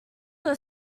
were